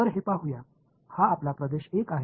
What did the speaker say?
तर हे पाहूया हा आपला प्रदेश 1 आहे